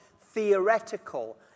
theoretical